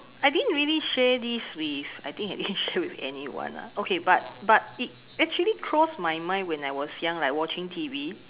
I didn't really share this with I think I didn't share with anyone lah okay but but it actually crossed my mind when I was young like watching T_V